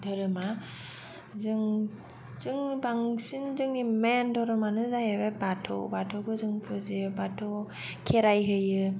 धोरोमा जों जोंनि बांसिन मेन धोरोमानो जाहैबाय बाथौ बाथौखौ जों फुजियो खेराय होयो